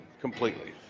completely